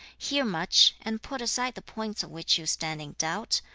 hear much and put aside the points of which you stand in doubt,